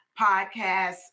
Podcast